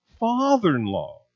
father-in-law